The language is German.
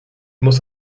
muss